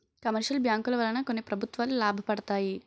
commercial బ్యాంకుల వలన కొన్ని ప్రభుత్వాలు లాభపడతాయి